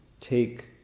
take